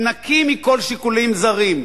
נקי מכל שיקולים זרים.